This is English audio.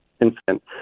incident